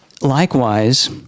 Likewise